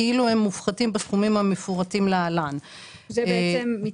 כאילו הם מופחתים בסכומים המפורטים להלן: זה בעצם מתייחס,